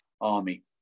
Army